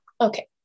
Okay